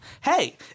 hey